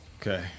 Okay